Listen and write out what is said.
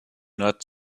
not